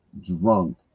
drunk